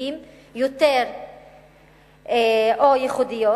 איכותיים יותר או ייחודיים.